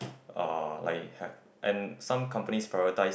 uh like have and some companies prioritise